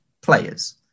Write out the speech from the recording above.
players